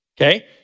Okay